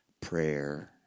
Prayer